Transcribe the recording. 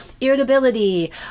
irritability